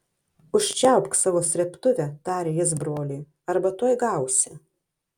užčiaupk savo srėbtuvę tarė jis broliui arba tuoj gausi